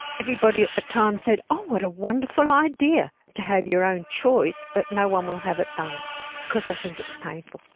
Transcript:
everybody at the time said, oh, what a wonderful idea to have your own choice, but no um will have it done because they think it's painful.